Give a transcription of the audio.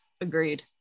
Agreed